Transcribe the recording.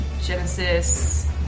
Genesis